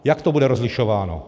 Jak to bude rozlišováno?